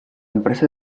empresa